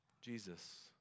Jesus